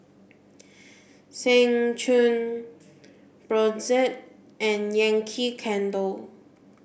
Seng Choon Brotzeit and Yankee Candle